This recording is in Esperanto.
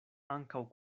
ankaŭ